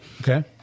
Okay